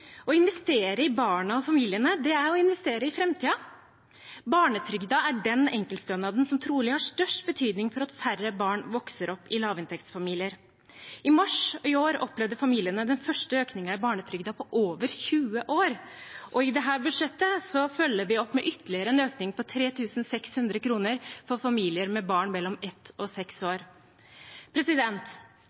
Å investere i barna og familiene er å investere i framtiden. Barnetrygden er den enkeltstønaden som trolig har størst betydning for at færre barn vokser opp i lavinntektsfamilier. I mars i år opplevde familiene den første økningen i barnetrygden på over 20 år, og i dette budsjettet følger vi opp med en ytterligere økning på 3 600 kr for familier med barn mellom 1 og 6 år.